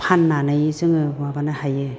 फाननानै जोङो माबानो हायो